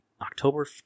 October